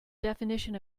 definition